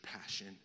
passion